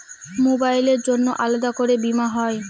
মোবাইলের জন্য আলাদা করে বীমা হয়?